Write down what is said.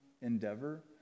endeavor